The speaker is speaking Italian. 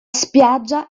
spiaggia